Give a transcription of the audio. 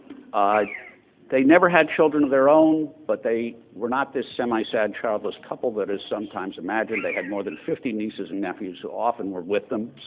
ah they never had children of their own but they were not this semi-sad childless couple that is sometimes imagined. they had more than fifty nieces and nephews who often were with them,